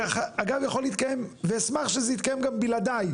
אגב, זה יכול להתקיים ואשמח שזה יתקיים גם בלעדיי,